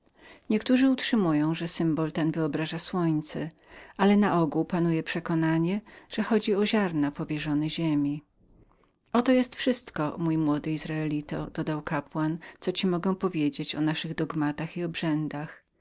niektórzy utrzymują że godło to wyobraża słońce ale pospolicie widzą w niem ziarna powierzone ziemi oto jest wszystko mój młody izraelito dodał kapłan co ci mogę powiedzieć o naszych dogmatach i obrzędach